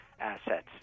assets